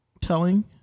telling